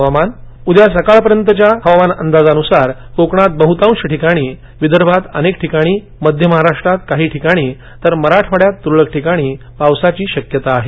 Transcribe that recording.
हवामानः उद्या सकाळपर्यंत हवामान अंदाजानुसार कोकणात बहतांश ठिकाणी विदर्भात अनेक ठिकाणी मध्य महाराष्ट्रात काही ठिकाणी तर मराठवाड्यात तुरळक ठिकाणी पाऊस पडण्याची शक्यता आहे